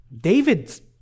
David's